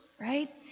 right